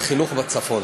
וחינוך בצפון.